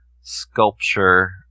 sculpture